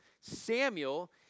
Samuel